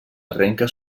arrenca